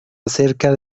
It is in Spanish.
acerca